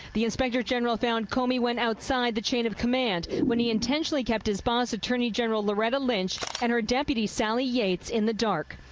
the inspector general found comey went outside the chain of command when he intentionally kept his boss, attorney general loretta lynch and her deputy, sally gates, in the dark.